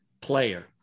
player